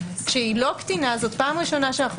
אבל כשלא קטינה זו פעם ראשונה שאנו